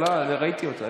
ראיתי אותה.